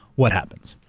what happens?